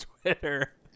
Twitter